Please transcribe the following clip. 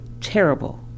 terrible